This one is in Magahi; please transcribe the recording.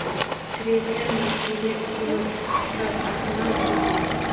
थ्रेशर मशिनेर कीमत त आसमान छू छेक